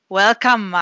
welcome